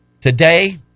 today